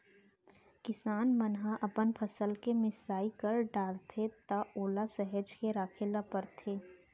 किसान मन ह अपन फसल के मिसाई कर डारथे त ओला सहेज के राखे ल परथे